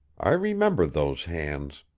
i remember those hands.